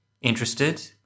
Interested